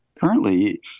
currently